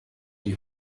die